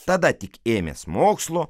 tada tik ėmės mokslų